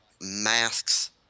masks